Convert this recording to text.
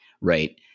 Right